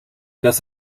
das